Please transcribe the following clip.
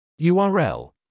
url